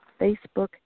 Facebook